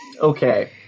Okay